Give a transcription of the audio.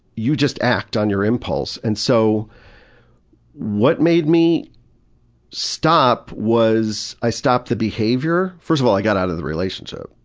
you just act on your impulse. and so what made me stop was, i stopped the behavior first of all i got out of the relationship,